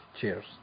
cheers